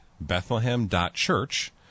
Bethlehem.Church